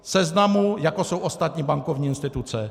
V seznamu, jako jsou ostatní bankovní instituce.